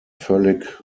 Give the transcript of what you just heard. völlig